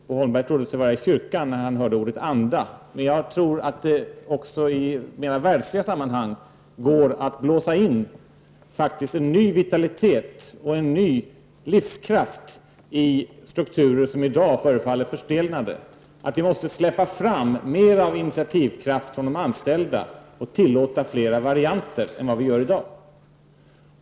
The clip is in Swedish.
Bo Holmberg trodde sig vara i kyrkan när han hörde ordet ”anda”, men jag tror att det också i mera världsliga sammanhang faktiskt går att blåsa in en ny vitalitet och en ny livskraft i strukturer som i dag förefaller förstelnade. Jag tror att vi måste släppa fram mer av initiativkraft från de anställda och tillåta fler varianter än vad vi gör i dag.